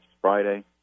Friday